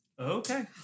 Okay